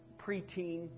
preteen